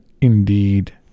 Indeed